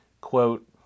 quote